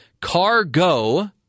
Cargo